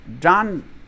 John